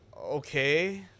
okay